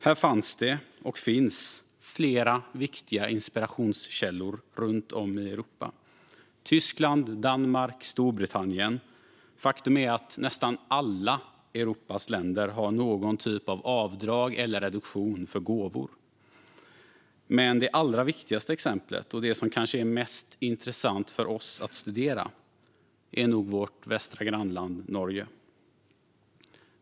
Här fanns det, och finns, flera viktiga inspirationskällor runt om i Europa. Tyskland, Danmark, Storbritannien - faktum är att nästan alla Europas länder har någon typ av avdrag eller reduktion för gåvor. Men det allra viktigaste exemplet, och det som kanske är mest intressant för oss att studera, är nog vårt västra grannland Norge.